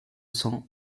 cents